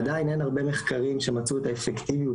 עדיין אין הרבה מחקרים שמצאו את האפקטיביות